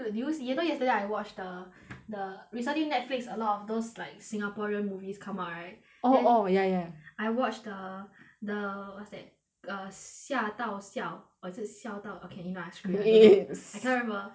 dude did you see you know yesterday I watch the the recently Netflix a lot of those like singaporean movies come out right orh orh then ya ya I watched the the what's that err 吓到笑 or is it 笑到 okay you know what I screen I don't know I can't remember